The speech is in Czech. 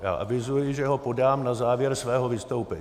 Já avizuji, že ho podám na závěr svého vystoupení.